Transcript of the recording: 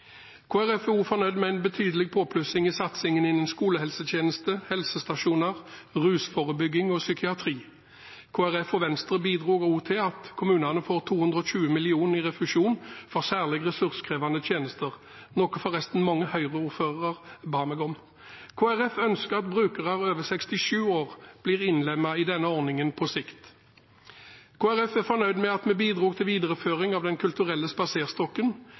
Folkeparti er også fornøyd med en betydelig påplussing i satsingen innen skolehelsetjeneste, helsestasjoner, rusforebygging og psykiatri. Kristelig Folkeparti og Venstre bidro også til at kommunene får 220 mill. kr i refusjon for særlig ressurskrevende tjenester, noe forresten mange Høyre-ordførere ba meg om. Kristelig Folkeparti ønsker at brukere over 67 år blir innlemmet i denne ordningen på sikt. Kristelig Folkeparti er fornøyd med at vi bidro til videreføring av Den kulturelle spaserstokken.